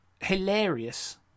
hilarious